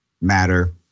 matter